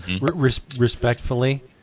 Respectfully